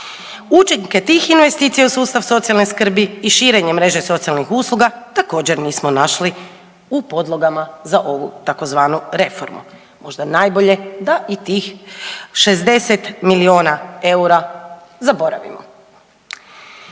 Učinke tih investicija u sustav socijalne skrbi i širenje mreže socijalnih usluga također, nismo našli u podlogama za ovu tzv. reformu. Možda najbolje da i tih 60 milijuna eura zaboravimo.